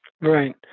right